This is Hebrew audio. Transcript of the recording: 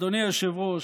אדוני היושב-ראש,